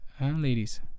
ladies